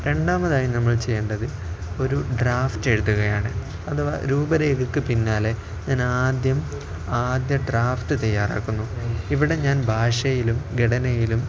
രണ്ടാമതായി നമ്മൾ ചെയ്യേണ്ടത് ഒരു ഡ്രാഫ്റ്റ് എഴുതുകയാണ് അഥവാ രൂപരേഖയ്ക്ക് പിന്നാലെ ഞാൻ ആദ്യം ആദ്യ ഡ്രാഫ്റ്റ് തയ്യാറാക്കുന്നു ഇവിടെ ഞാൻ ഭാഷയിലും ഘടനയിലും